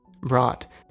brought